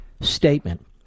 statement